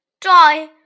Joy